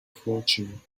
fortune